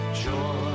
joy